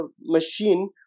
machine